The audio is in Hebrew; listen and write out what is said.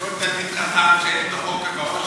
שכל תלמיד חכם שאין תוכו כברו,